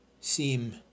seem